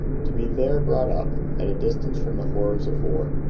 to be there brought up, at a distance from the horrors of war.